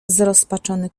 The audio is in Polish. zrozpaczony